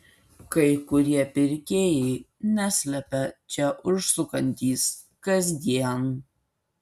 kai kurie pirkėjai neslepia čia užsukantys kasdien